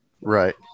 right